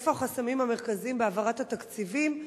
ואיפה החסמים המרכזיים בהעברת התקציבים?